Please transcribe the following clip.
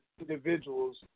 individuals